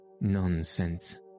Nonsense